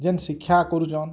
ଯେନ୍ ଶିକ୍ଷା କରୁଛନ୍